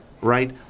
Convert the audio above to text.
Right